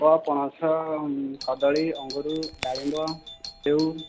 jackfruit banana grapes pomegranate apple